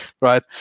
right